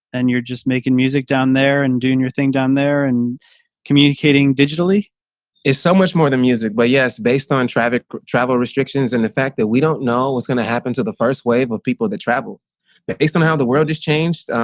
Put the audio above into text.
and you're just making music down there and doing your thing down there and communicating digitally christiano can is so much more than music, but yes, based on traffic travel restrictions and the fact that we don't know what's going to happen to the first wave of people that travel but based on how the world has changed.